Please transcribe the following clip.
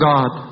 God